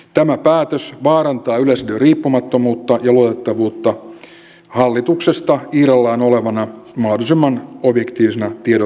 tämä päätös vaarantaa yleisradion riippumattomuutta ja luotettavuutta hallituksesta irrallaan olevana mahdollisimman objektiivisena tiedonvälittäjänä